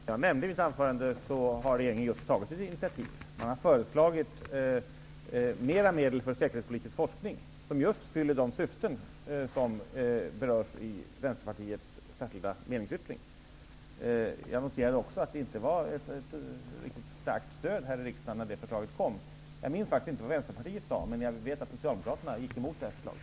Herr talman! Som jag nämnde i mitt anförande har regeringen just tagit ett initiativ. Man har föreslagit mer medel för säkerhetspolitisk forskning, som just fyller de syften som berörs i Vänsterpartiets meningsyttring. Jag noterade också att det inte var riktigt starkt stöd här i riksdagen när förslaget väcktes. Jag minns inte vad Vänsterpartiet sade, men jag vet att